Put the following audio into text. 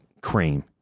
cream